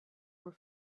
were